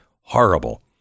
Horrible